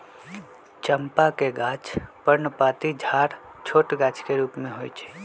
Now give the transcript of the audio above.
चंपा के गाछ पर्णपाती झाड़ छोट गाछ के रूप में होइ छइ